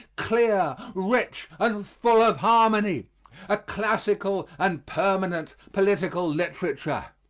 clear, rich, and full of harmony a classical and permanent political literature.